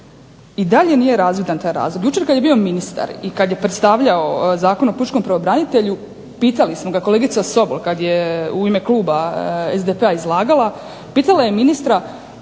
I dalje nije razvidan taj razlog. Jučer kad je bio ministar i kad je predstavljao Zakon o pučkom pravobranitelju pitali smo ga kolegica Sobol kad je u ime kluba SDP-a izlagala, pitala je ministra